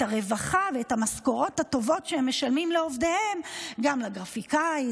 הרווחה ואת המשכורות הטובות שהן משלמות לעובדיהן גם לגרפיקאית,